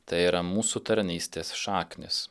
tai yra mūsų tarnystės šaknys